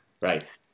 Right